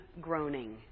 groaning